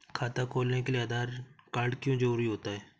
खाता खोलने के लिए आधार कार्ड क्यो जरूरी होता है?